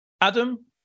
Adam